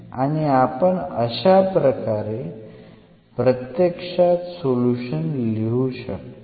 आणि आपण अशाप्रकारे प्रत्यक्षात सोल्युशन लिहू शकतो